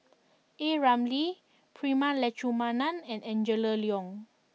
A Ramli Prema Letchumanan and Angela Liong